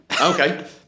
okay